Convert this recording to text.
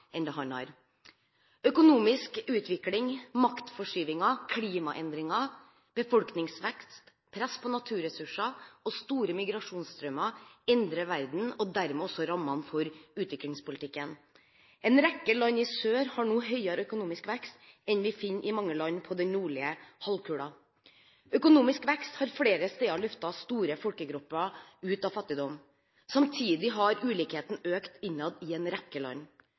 enn det han har. Økonomisk utvikling, maktforskyvninger, klimaendringer, befolkningsvekst, press på naturressurser og store migrasjonsstrømmer endrer verden og dermed også rammene for utviklingspolitikken. En rekke land i sør har nå høyere økonomisk vekst enn vi finner i mange land på den nordlige halvkule. Økonomisk vekst har flere steder løftet store folkegrupper ut av fattigdom. Samtidig har ulikheten økt innad i en rekke land.